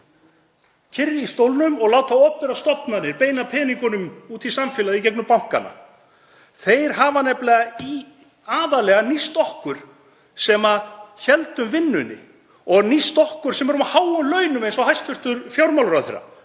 kyrr í stólnum og láta opinberar stofnanir beina peningunum út í samfélagið í gegnum bankana. Þeir hafa nefnilega aðallega nýst okkur sem héldum vinnunni og nýst okkur sem erum á háum launum eins og hæstv. fjármálaráðherra.